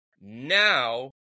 Now